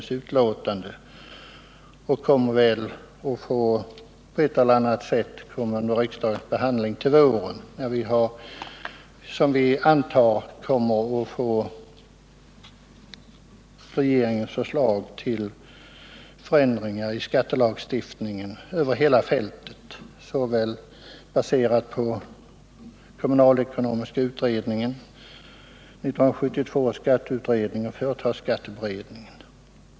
Ett sådant förslag kommer väl troligen också i någon form att bli föremål för riksdagens behandling till våren i samband med att, som vi antar, regeringen lägger fram sina förslag till förändringar i skattelagstiftningen över hela fältet, baserade på betänkandena från kommunalekonomiska utredningen, 1972 års skatteutredning och företagsskatteberedningen.